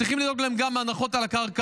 צריכים לדאוג להם גם להנחות על הקרקע.